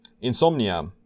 Insomnia